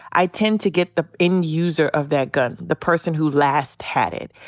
i tend to get the end user of that gun. the person who last had it.